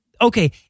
okay